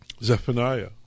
Zephaniah